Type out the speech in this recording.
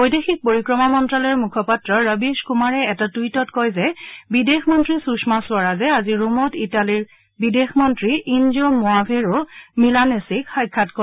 বৈদেশিক পৰিক্ৰমা মন্তালয়ৰ মুখপাত্ৰ ৰবিশ কুমাৰে এটা টুইটত কয় যে বিদেশ মন্ত্ৰী সুষমা স্বৰাজে আজি ৰোমত ইটালীৰ বিদেশ মন্তী ইঞ্জো মোৱাভেৰো মিলানেচিক সাক্ষাৎ কৰে